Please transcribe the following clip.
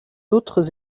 autres